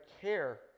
care